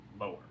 lower